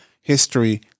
history